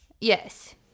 Yes